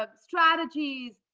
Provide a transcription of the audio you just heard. ah strategies,